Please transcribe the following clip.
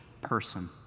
person